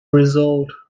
result